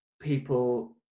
people